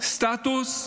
סטטוס: